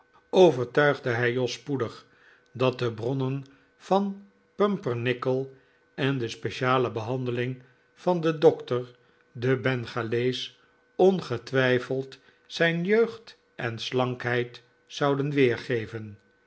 overtuigde hij jos spoedig dat de bronnen van pumpernickel en de speciale behandeling van den dokter den bengalees ongetwijfeld zijn jeugd en slankheid zouden weergeven